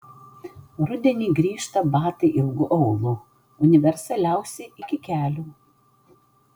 rudenį grįžta batai ilgu aulu universaliausi iki kelių